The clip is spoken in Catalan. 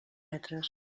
metres